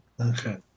Okay